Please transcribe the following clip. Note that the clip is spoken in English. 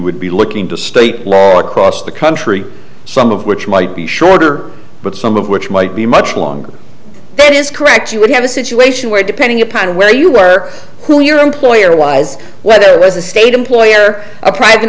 would be looking to state across the country some of which might be shorter but some of which might be much longer than is correct you would have a situation where depending upon where you were who your employer wise whether there was a state employee or a private